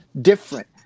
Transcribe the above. different